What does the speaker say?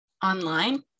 online